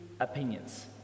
Opinions